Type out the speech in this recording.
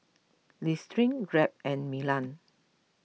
Listerine Grab and Milan